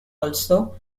also